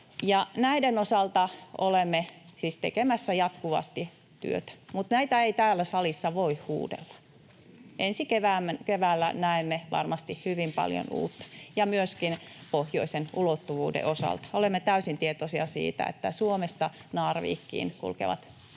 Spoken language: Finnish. Näiden osalta olemme siis tekemässä jatkuvasti työtä, mutta näitä ei täällä salissa voi huudella. Ensi keväänä näemme varmasti hyvin paljon uutta, myöskin pohjoisen ulottuvuuden osalta. Olemme täysin tietoisia siitä, että Suomesta Narvikiin kulkevat tiet